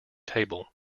table